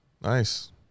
Nice